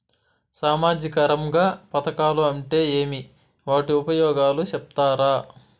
సామాజిక రంగ పథకాలు అంటే ఏమి? వాటి ఉపయోగాలు సెప్తారా?